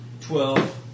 Twelve